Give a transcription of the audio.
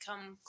Come